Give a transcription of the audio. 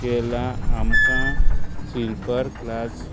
केला आमकां शिल्पर क्लास